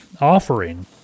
offering